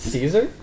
Caesar